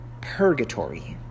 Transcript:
Purgatory